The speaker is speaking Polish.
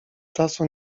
czasu